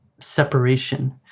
separation